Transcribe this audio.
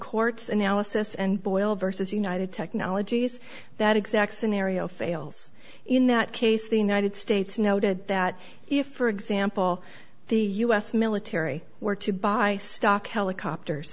court's analysis and boyle versus united technologies that exact scenario fails in that case the united states noted that if for example the u s military were to buy stock helicopters